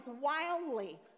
wildly